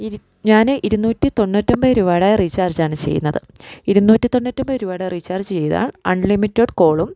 ഇരു ഞാന് ഇരുന്നൂറ്റി തൊണ്ണൂറ്റൊമ്പത് രൂപയുടെ റീചാർജ് ആണ് ചെയ്യുന്നത് ഇരുന്നൂറ്റി തൊണ്ണൂറ്റൊമ്പത് രൂപയുടെ റീച്ചാർജ് ചെയ്താൽ അൺലിമിറ്റഡ് കോളും